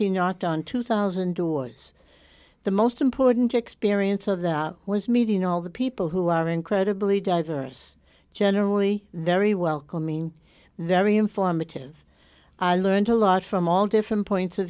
he knocked on two thousand doors the most important experience of them was meeting all the people who are incredibly diverse generally very welcoming very informative i learned a lot from all different points of